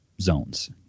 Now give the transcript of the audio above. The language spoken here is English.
zones